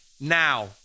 now